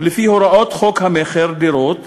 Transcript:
לפי הוראות חוק המכר (דירות),